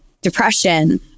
depression